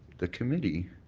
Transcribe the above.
the committee